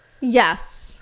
yes